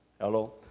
Hello